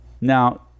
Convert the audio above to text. Now